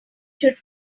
should